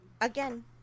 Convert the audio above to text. again